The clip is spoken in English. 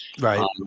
Right